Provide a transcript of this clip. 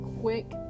quick